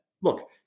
Look